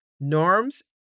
Norms